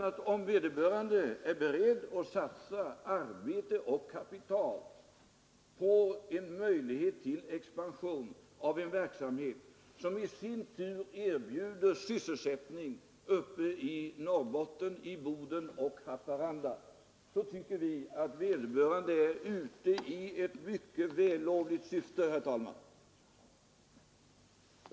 Om vederbörande är beredd att satsa arbete och kapital på en möjlighet till expansion av en verksamhet, som i sin tur erbjuder sysselsättning uppe i Norrbotten, i Boden och Haparanda, tycker vi att vederbörande är ute i ett mycket vällovligt syfte, herr talman!